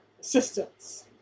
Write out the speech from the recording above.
assistance